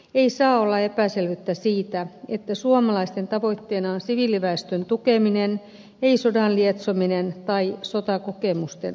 ei saa olla epäselvyyttä siitä että suomalaisten tavoitteena on siviiliväestön tukeminen ei sodan lietsominen tai sotakokemusten hankkiminen